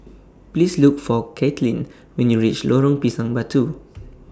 Please Look For Kaitlynn when YOU REACH Lorong Pisang Batu